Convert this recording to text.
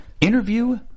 Interview